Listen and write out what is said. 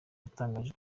yatangaje